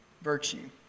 virtue